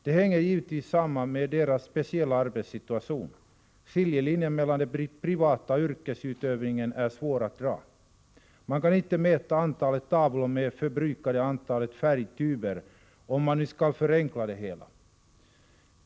Det hänger givetvis samman med deras speciella arbetssituation. Skiljelinjen mellan det privata och yrkesutövningen är svår att dra. Man kan inte mäta antalet tavlor med det förbrukade antalet färgtuber, om man nu skall förenkla det hela.